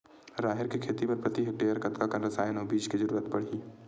राहेर के खेती बर प्रति हेक्टेयर कतका कन रसायन अउ बीज के जरूरत पड़ही?